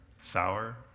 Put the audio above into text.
sour